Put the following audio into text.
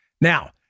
Now